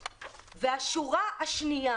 שנית,